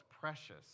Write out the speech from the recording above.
precious